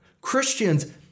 Christians